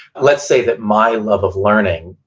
let's say that my love of learning,